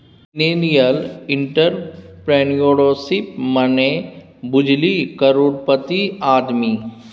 millennial entrepreneurship मने बुझली करोड़पति आदमी